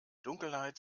dunkelheit